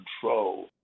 control